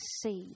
see